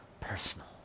personal